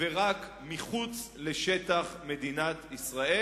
ורק מחוץ לשטח מדינת ישראל,